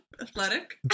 athletic